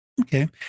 Okay